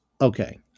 okay